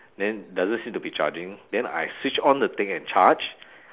then doesn't seem to be charging then I switch on the thing and charge